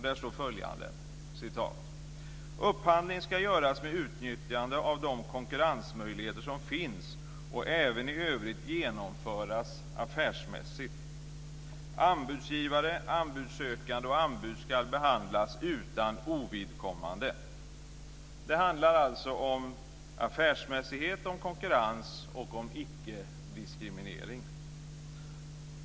Där står följande: "Upphandling skall göras med utnyttjande av de konkurrensmöjligheter som finns och även i övrigt genomföras affärsmässigt. Anbudsgivare, anbudssökande och anbud skall behandlas utan ovidkommande hänsyn." Det handlar alltså om affärsmässighet, om konkurrens och om icke-diskriminering.